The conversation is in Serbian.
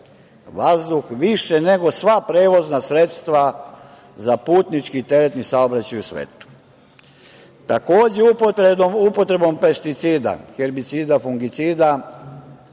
vazduh više nego sva prevozna sredstva za putnički i teretni saobraćaj u svetu. Takođe, upotrebom pesticida, herbicida, fungicida,